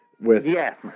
Yes